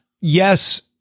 yes